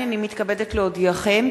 הנני מתכבדת להודיעכם,